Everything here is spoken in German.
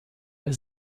der